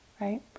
right